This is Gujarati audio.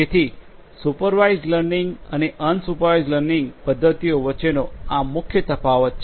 જેથી સુપરવાઇઝડ લર્નિંગ અને અનસુપરવાઇઝડ લર્નિંગ પદ્ધતિઓ વચ્ચેનો આ મુખ્ય તફાવત છે